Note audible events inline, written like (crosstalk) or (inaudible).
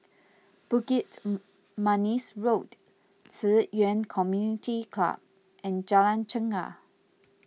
Bukit (unintelligible) Manis Road Ci Yuan Community Club and Jalan Chegar